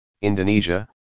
Indonesia